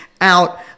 out